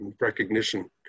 recognition